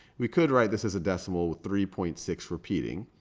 we could write this as a decimal with three point six repeating.